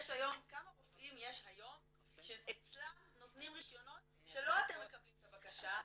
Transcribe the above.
כמה רופאים יש היום שאצלם נותנים רישיונות שלא אתם מקבלים את הבקשה,